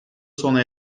sona